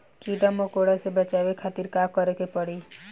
कीड़ा मकोड़ा से बचावे खातिर का करे के पड़ी?